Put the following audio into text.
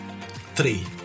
Three